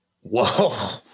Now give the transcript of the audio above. Whoa